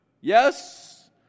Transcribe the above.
Yes